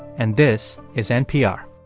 and this is npr